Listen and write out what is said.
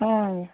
ହଏ ଆଜ୍ଞା